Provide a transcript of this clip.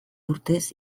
urtez